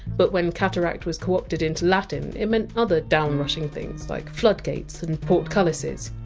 but when! cataract! was coopted into latin, it meant other down-rushing things, like floodgates and portcullises,